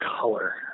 color